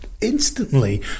instantly